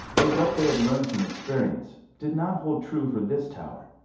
but what they had learned from experience, did not hold true for this tower.